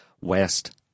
west